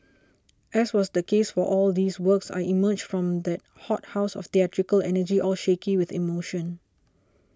as was the case for all these works I emerged from that hothouse of theatrical energy all shaky with emotion